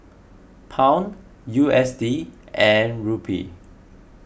Pound U S D and Rupee